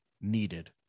needed